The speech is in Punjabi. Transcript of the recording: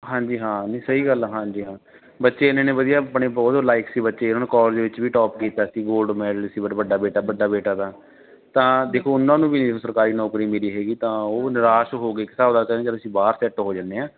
ਹਾਂਜੀ ਹਾਂ ਨਹੀਂ ਸਹੀ ਗੱਲ ਆ ਹਾਂਜੀ ਹਾਂ ਬੱਚੇ ਇੰਨੇ ਇੰਨੇ ਵਧੀਆ ਆਪਣੇ ਬਹੁਤ ਲਾਇਕ ਸੀ ਬੱਚੇ ਉਹਨਾਂ ਨੂੰ ਕਾਲਜ ਵਿੱਚ ਵੀ ਟੋਪ ਕੀਤਾ ਸੀ ਗੋਲਡ ਮੈਡਲ ਸੀ ਬਟ ਵੱਡਾ ਬੇਟਾ ਵੱਡਾ ਬੇਟਾ ਤਾਂ ਤਾਂ ਦੇਖੋ ਉਹਨਾਂ ਨੂੰ ਵੀ ਨਹੀਂ ਸਰਕਾਰੀ ਨੌਕਰੀ ਮਿਲੀ ਹੈਗੀ ਤਾਂ ਉਹ ਨਿਰਾਸ਼ ਹੋ ਗਏ ਇੱਕ ਹਿਸਾਬ ਨਾਲ ਕਹਿੰਦੇ ਚਲ ਅਸੀਂ ਬਾਹਰ ਸੈੱਟ ਹੋ ਜਾਂਦੇ ਹਾਂ